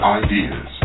ideas